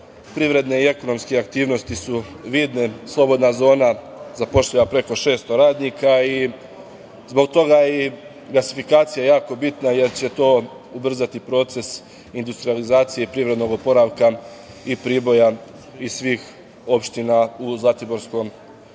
GoromPrivredne i ekonomske aktivnosti su vidne. Slobodna zona zapošljava preko 600 radnika i zbog toga i gasifikacija je jako bitna jer će to ubrzati proces industrijalizacije i privrednog oporavka Priboja i svih opština u Zlatiborskom